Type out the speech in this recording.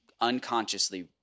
unconsciously